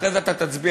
אחרי זה אתה תצביע.